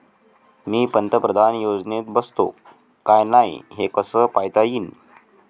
मी पंतप्रधान योजनेत बसतो का नाय, हे कस पायता येईन?